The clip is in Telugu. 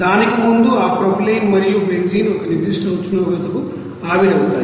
దానికి ముందు ఆ ప్రొపైలీన్ మరియు బెంజీన్ ఒక నిర్దిష్ట ఉష్ణోగ్రతకు ఆవిరి అవుతాయి